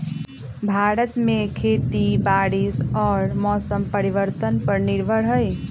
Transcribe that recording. भारत में खेती बारिश और मौसम परिवर्तन पर निर्भर हई